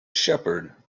shepherd